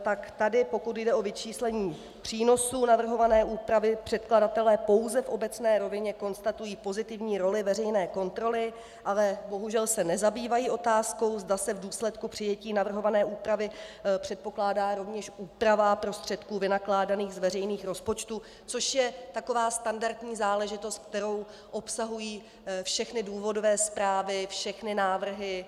Tak tady, pokud jde o vyčíslení přínosů navrhované úpravy, předkladatelé pouze v obecné rovině konstatují pozitivní roli veřejné kontroly, ale bohužel se nezabývají otázkou, zda se v důsledku přijetí navrhované úpravy předpokládá rovněž úprava prostředků vynakládaných z veřejných rozpočtů, což je taková standardní záležitost, kterou obsahují všechny důvodové zprávy, všechny návrhy.